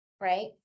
right